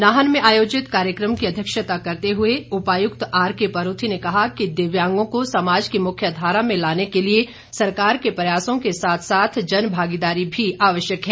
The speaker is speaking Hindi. नाहन में आयोजित कार्यक्रम की अध्यक्षता करते हुए उपायुक्त आरकेपरूथी ने कहा कि दिव्यांगों को समाज की मुख्य धारा में लाने के लिए सरकार के प्रयासों के साथ साथ जनभागीदारी भी आवश्यक है